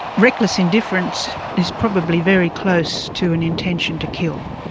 reckless indifference is probably very close to an intention to kill.